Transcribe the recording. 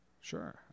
Sure